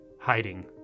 hiding